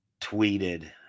tweeted –